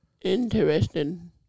Interesting